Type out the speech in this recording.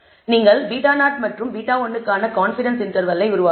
நீங்கள் β0 மற்றும் β1 க்கான கான்பிடன்ஸ் இன்டர்வெல் உருவாக்கலாம்